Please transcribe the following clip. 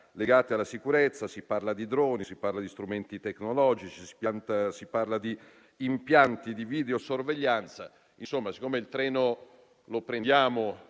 legate alla sicurezza (si parla di droni, di strumenti tecnologici e di impianti di videosorveglianza). Insomma, siccome il treno lo prendiamo